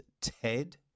Ted